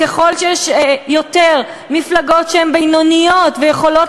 ככל שיש יותר מפלגות שהן בינוניות ויכולות